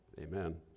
Amen